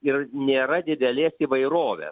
ir nėra didelės įvairovės